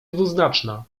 dwuznaczna